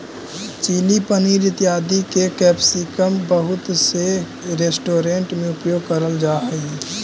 chilli paneer इत्यादि में capsicum बहुत से रेस्टोरेंट में उपयोग करल जा हई